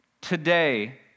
Today